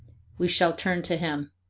we shall turn to him.